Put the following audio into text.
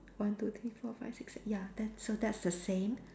one two three four five six se~ ya that's so that's the same